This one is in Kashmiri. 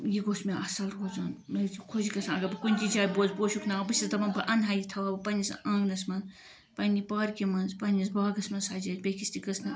یہِ گوٚژھ مےٚ اصل روزُن مےٚ حظ چھُ خۄش گَژھان اگر بہٕ کُنہِ تہِ جایہِ پوشُک ناو بہٕ چھس دَپان بہٕ اَنہٕ ہا یہِ تھاوہا بہٕ پَننِس آنگنَس منٛز پَنہِ پارکہِ منٛز پَننِس باغس منٛز سَجٲیِتھ بیٚیہِ کِس تہِ گٔژھ نہٕ